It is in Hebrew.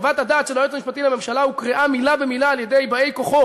חוות הדעת של היועץ המשפטי לממשלה הוקראה מילה במילה על-ידי באי כוחו